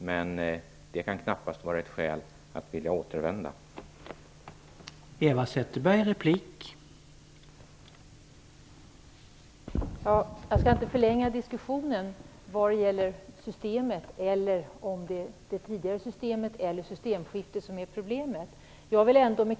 Men det kan knappast vara ett skäl till att vilja återgå till detta system.